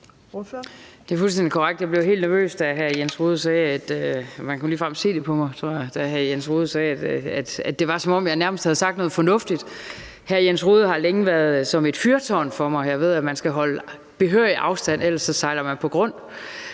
kunne ligefrem se det på mig, tror jeg – da hr. Jens Rohde sagde, at det var, som om jeg nærmest havde sagt noget fornuftigt. Hr. Jens Rohde har længe været som et fyrtårn for mig, og jeg ved, at man skal holde behørig afstand, ellers sejler man på grund.